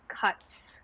cuts